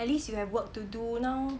at least you have work to do now